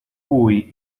cui